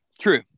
True